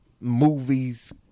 movies